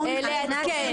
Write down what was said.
לעדכן